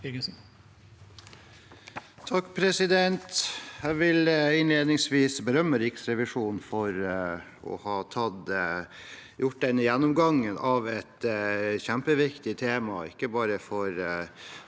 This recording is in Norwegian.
(R) Jeg vil innledningsvis berømme Riksrevisjonen for å ha gjort denne gjennomgangen av et kjempeviktig tema, ikke bare for